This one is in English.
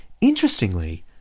Interestingly